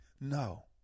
no